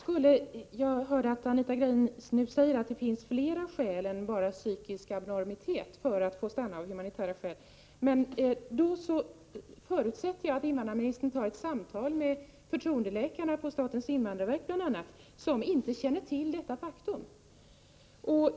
Herr talman! Anita Gradin sade nu att det inte bara var psykisk abnormitet som skulle kunna åberopas för att en flykting skall få stanna i Sverige av humanitära skäl. Då förutsätter jag att invandrarministern tar ett samtal med bl.a. förtroendeläkarna på statens invandrarverk, som inte känner till detta faktum.